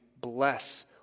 bless